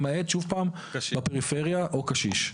למעט, שוב פעם, בפריפריה או קשיש.